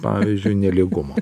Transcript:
pavyzdžiui nelygumo